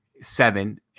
seven –